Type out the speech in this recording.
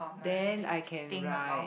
then I can write